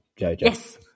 Jojo